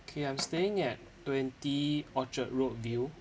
okay I'm staying at twenty orchard road view